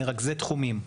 מרכזי תחומים,